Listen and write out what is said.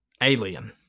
alien